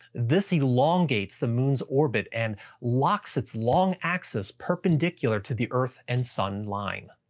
this elongates the moon's orbit and locks its long axis perpendicular to the earth and sun line.